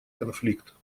конфликт